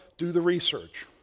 do the research,